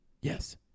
yes